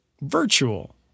virtual